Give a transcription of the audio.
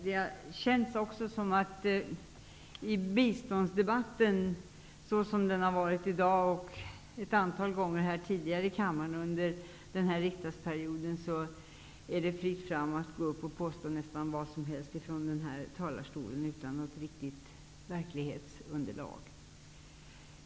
Vidare upplever jag biståndsdebatten så -- åtminstone som den varit i dag och även ett antal gånger tidigare här i kammaren under detta riksmöte -- att det är fritt fram att gå upp i talarstolen och påstå nästan vad som helst utan att det finns ett riktigt verklighetsunderlag.